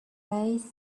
place